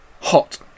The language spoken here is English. Hot